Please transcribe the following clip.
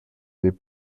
des